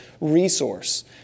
resource